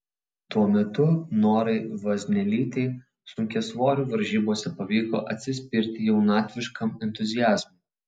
tuo metu norai vaznelytei sunkiasvorių varžybose pavyko atsispirti jaunatviškam entuziazmui